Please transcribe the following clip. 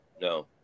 no